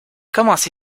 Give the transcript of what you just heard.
commencé